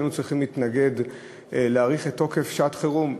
זה שהיינו צריכים להתנגד להארכת תוקף שעת-חירום.